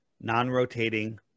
non-rotating